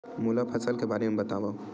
मोला फसल के बारे म बतावव?